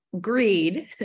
greed